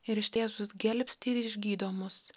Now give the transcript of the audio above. ir ištiesus gelbsti ir išgydo mus